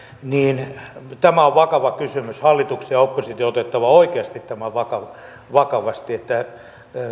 tämä on vakava kysymys hallituksen ja opposition on otettava oikeasti tämä vakavasti että